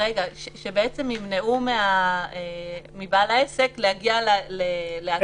-- שבעצם ימנעו מבעל העסק להגיע לעתירה לבית-משפט.